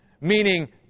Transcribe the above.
meaning